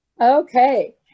Okay